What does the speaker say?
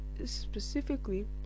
specifically